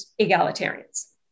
egalitarians